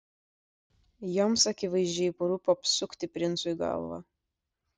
joms akivaizdžiai parūpo apsukti princui galvą